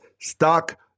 stock